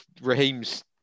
Raheem's